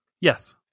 Yes